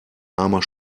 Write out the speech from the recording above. armer